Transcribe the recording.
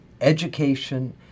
education